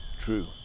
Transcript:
True